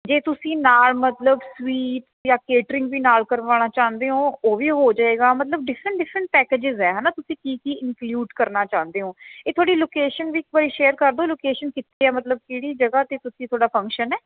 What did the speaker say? ਜੇ ਤੁਸੀਂ ਨਾਲ਼ ਮਤਲਬ ਸਵੀਟ ਜਾਂ ਕੈਟਰਿੰਗ ਵੀ ਨਾਲ਼ ਕਰਵਾਉਣਾ ਚਾਹੁੰਦੇ ਓ ਉਹ ਵੀ ਹੋ ਜਾਏਗਾ ਮਤਲਬ ਡਿਫ਼ਰੈਟ ਡਿਫ਼ਰੈਟ ਪੈਕਿਜਿਸ ਹੈ ਹਨਾਂ ਤੁਸੀਂ ਕੀ ਕੀ ਇਨਕਲੀਊਡ ਕਰਨਾ ਚਾਹੁੰਦੇ ਓ ਇਹ ਤੁਹਾਡੀ ਲੌਕੇਸ਼ਨ ਵੀ ਇੱਕ ਵਾਰੀ ਸ਼ੇਅਰ ਕਰਦੋ ਲੌਕੇਸ਼ਨ ਕਿੱਥੇ ਹੈ ਮਤਲਬ ਕਿਹੜੀ ਜਗ੍ਹਾ 'ਤੇ ਤੁਸੀਂ ਤੁਹਾਡਾ ਫੰਕਸ਼ਨ ਹੈ